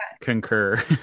concur